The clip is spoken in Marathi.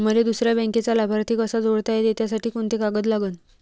मले दुसऱ्या बँकेचा लाभार्थी कसा जोडता येते, त्यासाठी कोंते कागद लागन?